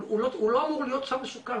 הוא לא אמור להיות סם מסוכן.